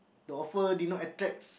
the offer did not attracts